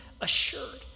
assured